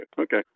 Okay